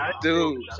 Dude